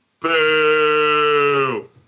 Boo